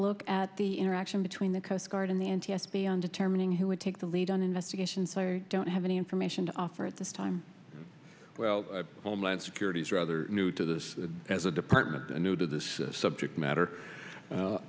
look at the interaction between the coast guard and the n t s b on determining who would take the lead on investigation so i don't have any information to offer at this time well homeland security is rather new to this as a department the new to this subject matter